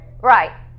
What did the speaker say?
Right